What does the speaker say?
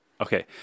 Okay